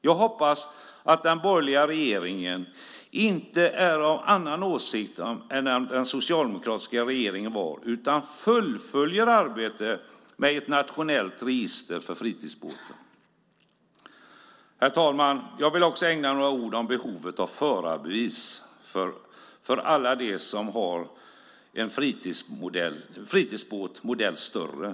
Jag hoppas att den borgerliga regeringen inte är av annan åsikt än den socialdemokratiska regeringen var utan fullföljer arbetet med ett nationellt register för fritidsbåtar. Herr talman! Jag vill också säga några ord om behovet av förarbevis för alla dem som har en fritidsbåt, modell större.